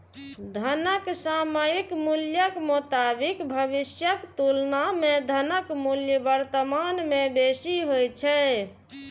धनक सामयिक मूल्यक मोताबिक भविष्यक तुलना मे धनक मूल्य वर्तमान मे बेसी होइ छै